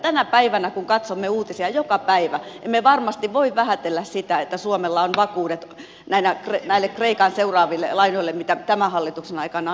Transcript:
tänä päivänä kun katsomme uutisia joka päivä emme varmasti voi vähätellä sitä että suomella on vakuudet näille kreikan seuraaville lainoille mitä tämän hallituksen aikana on annettu